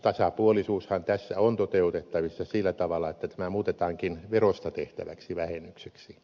tasapuolisuushan tässä on toteutettavissa sillä tavalla että tämä muutetaankin verosta tehtäväksi vähennykseksi